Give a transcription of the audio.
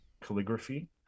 calligraphy